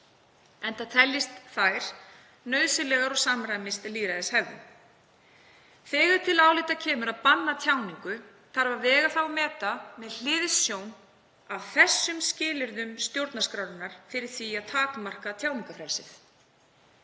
enda teljist þær nauðsynlegar og samrýmist lýðræðishefðum. Þegar til álita kemur að banna tjáningu þarf að vega það með hliðsjón af þessum skilyrðum stjórnarskrárinnar fyrir því að takmarka tjáningarfrelsið.